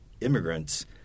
immigrants